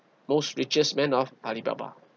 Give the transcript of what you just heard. most richest men of alibaba